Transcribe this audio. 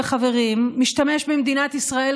בושה מכך שאומרים לי שאין ברירה,